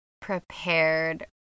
prepared